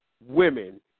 women